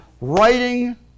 writing